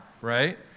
right